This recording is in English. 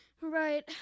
right